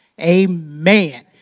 Amen